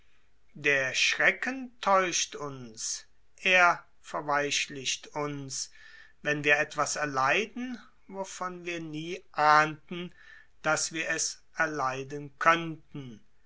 der schrecken täuscht uns er verweichlicht uns wenn wir etwas erleiden wovon wir nie ahnten daß wir es erleiden könnten